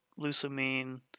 Lusamine